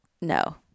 No